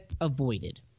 avoided